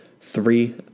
three